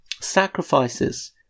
sacrifices